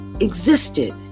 existed